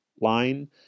line